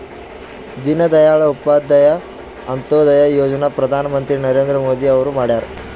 ದೀನ ದಯಾಳ್ ಉಪಾಧ್ಯಾಯ ಅಂತ್ಯೋದಯ ಯೋಜನಾ ಪ್ರಧಾನ್ ಮಂತ್ರಿ ನರೇಂದ್ರ ಮೋದಿ ಅವ್ರು ಮಾಡ್ಯಾರ್